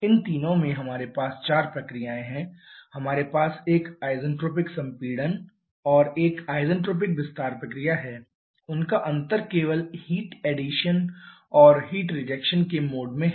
इन तीनों में हमारे पास चार प्रक्रियाएँ हैं हमारे पास एक आइसेंट्रोपिक संपीड़न और एक आइसेंट्रोपिक विस्तार प्रक्रिया है उनका अंतर केवल हीट एडिशन और हीट रिजेक्शन के मोड में है